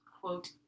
quote